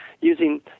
using